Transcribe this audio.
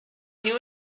knew